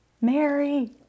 Mary